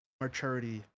maturity